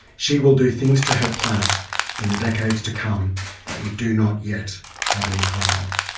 she will do things to her planet in the decades to come that we do not yet have an inkling of.